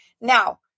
Now